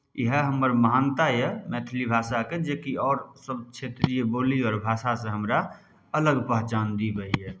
इएह हमर महानता यए मैथिली भाषाके जेकि आओर सभ क्षेत्रीय बोली आओर भाषासँ हमरा अलग पहचान दियबैए